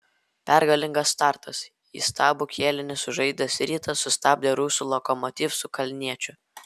pergalingas startas įstabų kėlinį sužaidęs rytas sustabdė rusų lokomotiv su kalniečiu